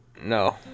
No